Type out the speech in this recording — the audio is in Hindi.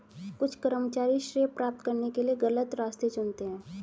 कुछ कर्मचारी श्रेय प्राप्त करने के लिए गलत रास्ते चुनते हैं